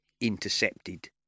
intercepted